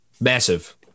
massive